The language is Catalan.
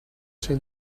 ser